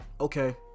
Okay